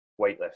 weightlifting